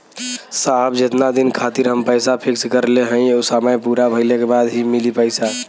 साहब जेतना दिन खातिर हम पैसा फिक्स करले हई समय पूरा भइले के बाद ही मिली पैसा?